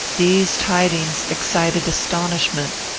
these tidings excited astonishment.